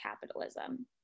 capitalism